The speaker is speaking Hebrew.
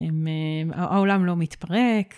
העולם לא מתפרק.